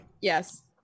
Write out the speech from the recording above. Yes